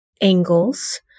angles